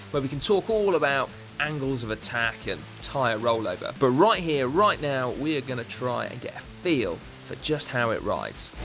but we can talk all about angles of attack and tyre rollover. but right here, right now, we are gonna try and get a feel for just how it rides.